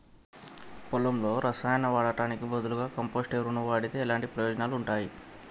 పొలంలో రసాయనాలు వాడటానికి బదులుగా కంపోస్ట్ ఎరువును వాడితే ఎలాంటి ప్రయోజనాలు ఉంటాయి?